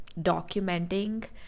documenting